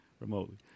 remotely